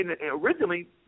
originally